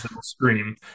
scream